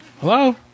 Hello